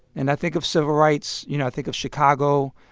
and i think of civil rights. you know, i think of chicago.